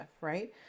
right